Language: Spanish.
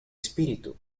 espíritu